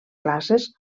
classes